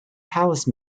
palace